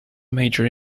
major